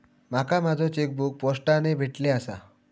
माका माझो चेकबुक पोस्टाने भेटले आसा